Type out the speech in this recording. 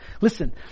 Listen